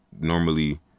normally